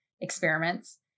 experiments